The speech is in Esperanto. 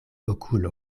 okulo